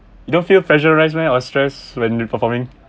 you don't feel pressurise meh or stress when performing